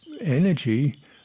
energy